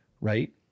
right